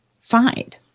find